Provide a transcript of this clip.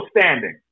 standing